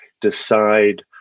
decide